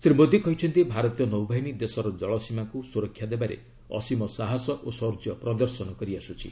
ଶ୍ରୀ ମୋଦି କହିଛନ୍ତି ଭାରତୀୟ ନୌବାହିନୀ ଦେଶର ଜଳସୀମାକୁ ସୁରକ୍ଷା ଦେବାରେ ଅସୀମ ସାହସ ଓ ଶୌର୍ଯ୍ୟ ପ୍ରଦର୍ଶନ କରିଆସୁଛି